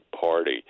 party